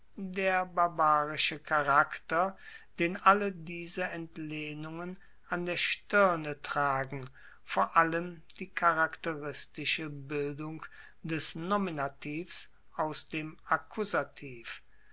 der barbarische charakter den alle diese entlehnungen an der stirne tragen vor allem die charakteristische bildung des nominativs aus dem akkusativ